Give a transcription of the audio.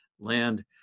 land